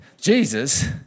Jesus